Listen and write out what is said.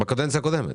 בקדנציה הקודמת.